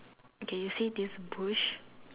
okay you see this bush